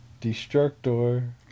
Destructor